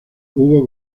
hubo